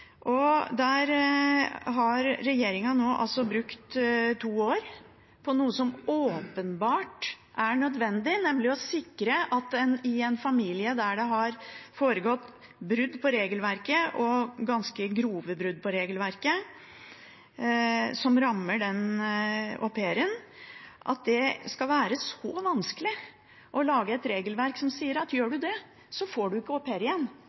har nå brukt to år på noe som åpenbart er nødvendig, nemlig å sikre at en familie der det har foregått brudd på regelverket, ganske grove brudd på regelverket, som rammer den au pairen, ikke får au pair igjen – at det skal være så vanskelig å lage et regelverk som sier